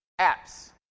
apps